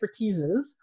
expertises